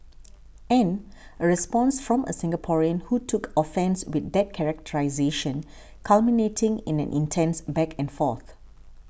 and a response from a Singaporean who took offence with that characterisation culminating in an intense back and forth